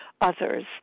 others